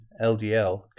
LDL